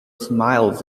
smiles